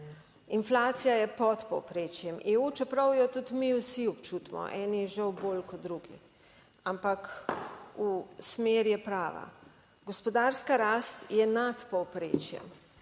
Inflacija je pod povprečjem EU, čeprav jo tudi mi vsi občutimo - eni žal bolj kot drugi -, ampak smer je prava. Gospodarska rast je nadpovprečjem,